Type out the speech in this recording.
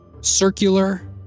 Circular